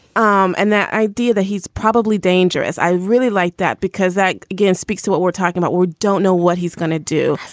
um and that idea that he's probably dangerous, i really like that, because that, again, speaks to what we're talking about. we don't know what he's going to do.